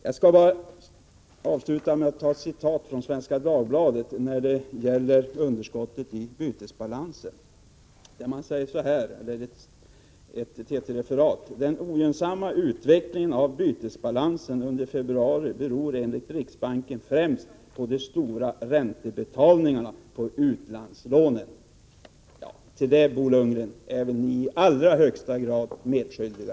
Jag skall avsluta med ett citat ur Dagens Nyheter från i dag, som gäller underskottet i bytesbalansen. Det är ett TT-referat, och man skriver så här: ”Den ogynnsamma utvecklingen av bytesbalansen under februari beror enligt riksbanken främst på de stora räntebetalningarna på utlandslånen ---”. Till detta, Bo Lundgren, är väl ni i allra högsta grad medskyldiga.